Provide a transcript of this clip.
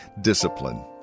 Discipline